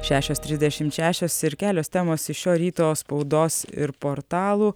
šešios trisdešim šešios ir kelios temos iš šio ryto spaudos ir portalų